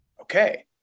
okay